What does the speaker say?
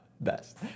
best